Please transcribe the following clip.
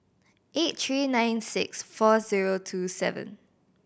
eight three nine six four zero two seven